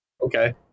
Okay